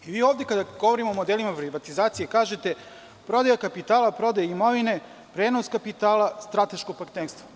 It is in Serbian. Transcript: Mi kada govorimo o modelima privatizacije kažete – prodaja kapitala, prodaja imovine, prenos kapitala, strateško partnerstvo.